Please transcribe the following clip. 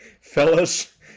fellas